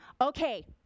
okay